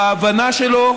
בהבנה שלו,